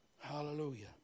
Hallelujah